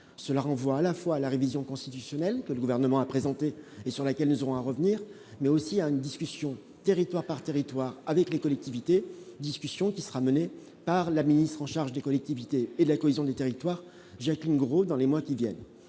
cela renvoie à la fois la révision constitutionnelle que le gouvernement a présenté et sur laquelle nous aurons à revenir, mais aussi à une discussion, territoire par territoire avec les collectivités, discussions qui sera menée par la ministre en charge des collectivités et la cohésion des territoires Jacqueline Gourault dans les mois qui viennent,